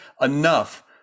enough